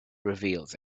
reveals